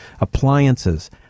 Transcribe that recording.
appliances